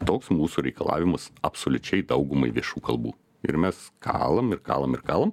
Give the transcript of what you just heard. toks mūsų reikalavimas absoliučiai daugumai viešų kalbų ir mes kalam ir kalam ir kalam